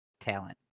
talent